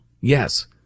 Yes